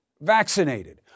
vaccinated